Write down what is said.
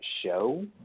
show